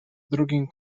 drugim